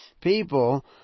people